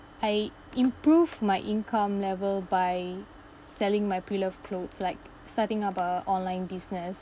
I improve my income level by selling my pre-loved clothes like starting about a online business